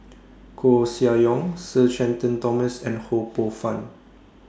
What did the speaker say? Koeh Sia Yong Sir Shenton Thomas and Ho Poh Fun